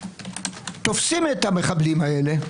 תופסים את המחבלים האלה.